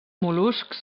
mol·luscs